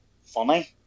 funny